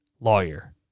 lawyer